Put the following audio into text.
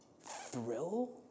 thrill